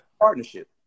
partnership